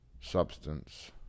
substance